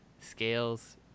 scales